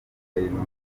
guverinoma